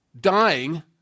dying